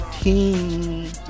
team